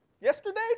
yesterday